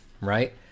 right